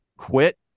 quit